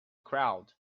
crowd